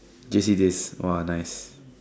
J_C days !wah! nice